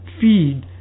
feed